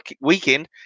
weekend